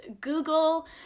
Google